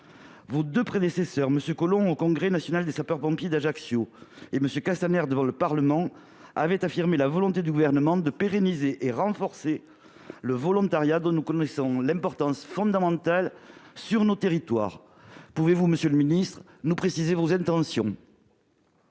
Vos deux prédécesseurs, M. Collomb au Congrès national des sapeurs-pompiers à Ajaccio et M. Castaner devant le Parlement, avaient affirmé la volonté du Gouvernement de pérenniser et de renforcer le volontariat, dont nous connaissons l'importance fondamentale sur nos territoires. Pouvez-vous nous préciser vos intentions ?